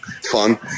fun